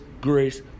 grace